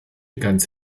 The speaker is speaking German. ganz